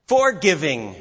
Forgiving